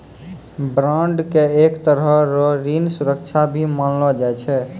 bond के एक तरह रो ऋण सुरक्षा भी मानलो जाय छै